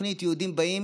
התוכנית היהודים באים,